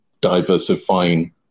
diversifying